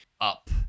up